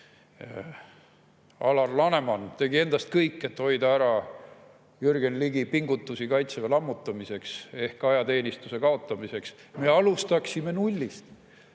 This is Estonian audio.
Alar Laneman tegi endast kõik [oleneva], et hoida ära Jürgen Ligi pingutusi Kaitseväe lammutamiseks ehk ajateenistuse kaotamiseks. Me alustaksime nullist.